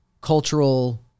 cultural